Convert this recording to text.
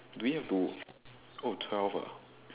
do we have to oh twelve ah